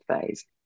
phase